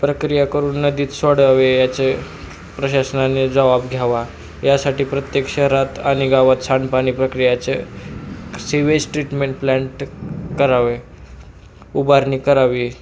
प्रक्रिया करून नदीत सोडावे याचे प्रशासनाने जवाब घ्यावा यासाठी प्रत्येक शहरात आणि गावात सांडपाणी प्रक्रियेचे सीवेज ट्रीटमेन प्लँट करावे उभारणी करावी